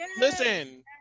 listen